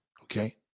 Okay